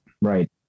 Right